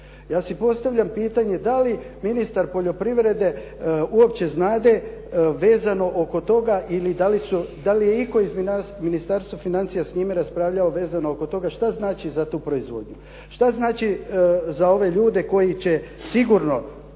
Ja si postavljam pitanje da li ministar poljoprivrede uopće znade vezano oko toga i da li je itko i Ministarstva financija s njime raspravljao vezano oko toga šta znači za tu proizvodnju. Šta znači za ove ljude koji će sigurno